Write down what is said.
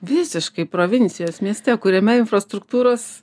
visiškai provincijos mieste kuriame infrastruktūros